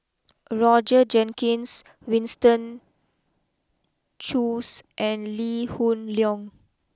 Roger Jenkins Winston Choos and Lee Hoon Leong